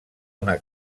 una